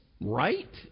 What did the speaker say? right